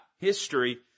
history